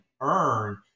earn